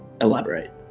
Elaborate